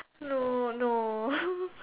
no no